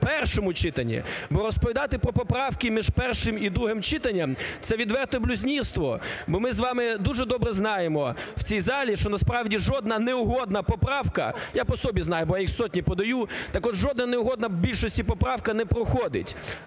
першому читанні. Бо розповідати про поправки між першим і другим читанням це відверте блюзнірство, бо ми з вами дуже добре знаємо в цій залі, що насправді жодна не угодна поправка, я по собі знаю, бо я їх сотні подають, так от жодна не угодна в більшості поправка не проходить.